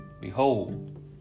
Behold